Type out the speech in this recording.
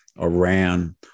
Iran